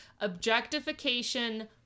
objectification